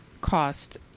cost